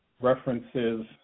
references